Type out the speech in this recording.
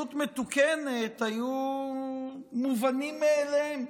מציאות מתוקנת היו מובנים מאליהם,